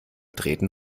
treten